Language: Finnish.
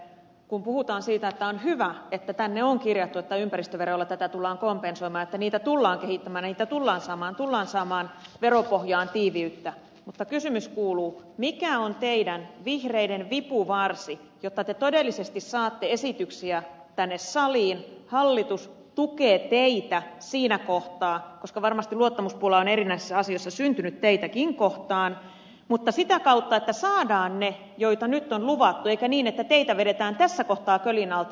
kun puhutaan siitä että on hyvä että tänne on kirjattu että ympäristöveroilla tätä tullaan kompensoimaan että niitä tullaan kehittämään niitä tullaan saamaan tullaan saamaan veropohjaan tiiviyttä niin kysymys kuuluu mikä on teidän vihreiden vipuvarsi jotta te todellisesti saatte esityksiä tänne saliin hallitus tukee teitä siinä kohtaa koska varmasti luottamuspulaa on erinäisissä asioissa syntynyt teitäkin kohtaan mutta sitä kautta että saadaan ne joita nyt on luvattu eikä niin että teitä vedetään tässä kohtaa kölin alta